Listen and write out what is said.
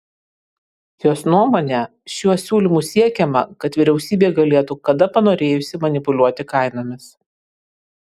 jos nuomone šiuo siūlymu siekiama kad vyriausybė galėtų kada panorėjusi manipuliuoti kainomis